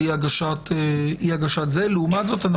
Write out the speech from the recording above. לעומת זאת,